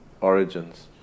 origins